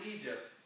Egypt